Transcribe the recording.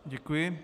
Děkuji.